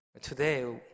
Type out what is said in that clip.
Today